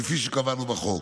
כפי שקבענו בחוק,